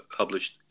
published